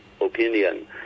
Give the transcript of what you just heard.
opinion